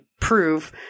prove